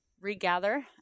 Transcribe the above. regather